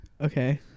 okay